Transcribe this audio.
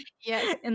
Yes